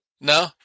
no